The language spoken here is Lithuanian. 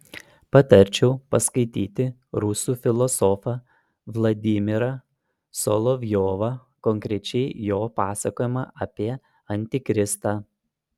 patarčiau paskaityti rusų filosofą vladimirą solovjovą konkrečiai jo pasakojimą apie antikristą